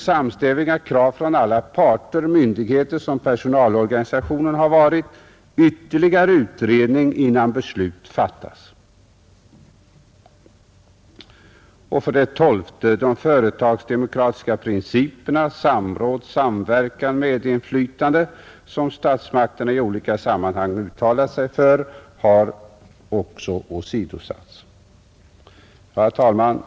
Samstämmiga krav från alla parter, myndigheter som personalorganisationer, har varit: ytterligare utredning innan beslut fattas. 12. De företagsdemokratiska principerna samråd, samverkan, medinflytande, som statsmakterna i olika sammanhang uttalat sig för, har också åsidosatts. Herr talman!